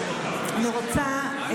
מה קורה פה?